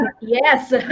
yes